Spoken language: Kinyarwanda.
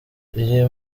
iri